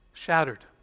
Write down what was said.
Shattered